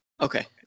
okay